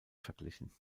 verglichen